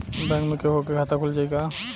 Bank में केहूओ के खाता खुल जाई का?